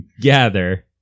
gather